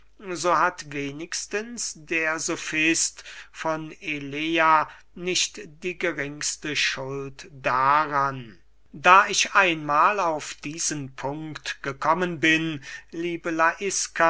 so hat wenigstens der sofist von elea nicht die geringste schuld daran da ich einmahl auf diesen punkt gekommen bin liebe